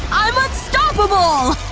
i'm unstoppable!